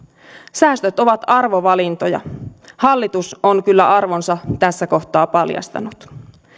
säästöt ovat arvovalintoja hallitus on kyllä arvonsa tässä kohtaa paljastanut